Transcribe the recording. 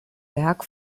werk